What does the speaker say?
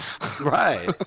Right